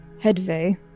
headway